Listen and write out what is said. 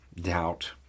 doubt